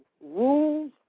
Rules